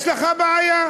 יש לך בעיה.